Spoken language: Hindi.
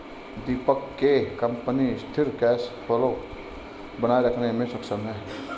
दीपक के कंपनी सिथिर कैश फ्लो बनाए रखने मे सक्षम है